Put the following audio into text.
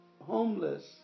homeless